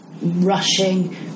rushing